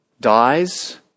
dies